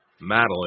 Madeline